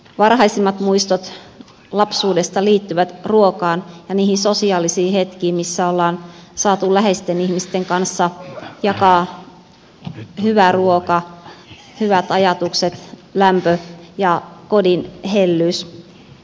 varhaisimmat muistot lapsuudesta liittyvät ruokaan ja niihin sosiaalisiin hetkiin missä ollaan saatu läheisten ihmisten kanssa jakaa hyvä ruoka hyvät ajatukset lämpö ja kodin hellyys